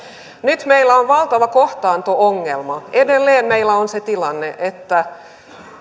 nyt meillä on valtava kohtaanto ongelma edelleen meillä on se tilanne että